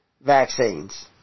vaccines